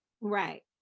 Right